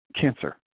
cancer